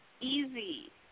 easy